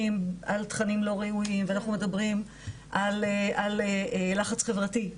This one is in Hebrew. על תכנים לא ראויים ואנחנו מדברים על לחץ חברתי.